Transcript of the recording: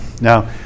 now